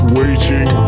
waiting